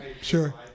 Sure